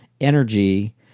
energy